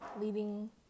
leading